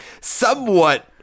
somewhat